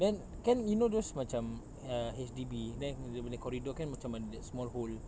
then kan you know those macam err H_D_B then dia punya corridor kan macam ada that small hole